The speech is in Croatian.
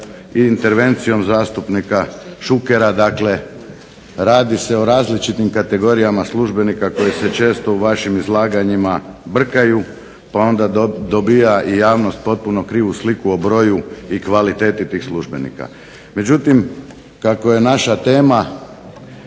i intervencijom zastupnika Šukera. Dakle, radi se o različitim kategorijama službenika koji se često u vašim izlaganjima brkaju pa onda dobija i javnost potpuno krivu sliku o broju i kvaliteti tih službenika. Međutim, kako je naša tema